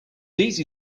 easy